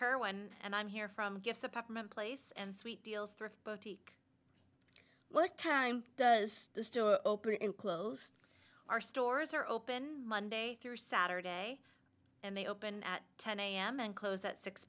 her and i'm here from gifts apartment place and sweet deals what time does the store open and close our stores are open monday through saturday and they open at ten am and close at six